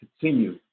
continue